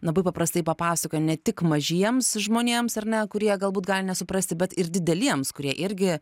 labai paprastai papasakoja ne tik mažiems žmonėms ar ne kurie galbūt gali nesuprasti bet ir dideliems kurie irgi